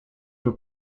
were